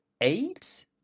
eight